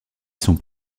sont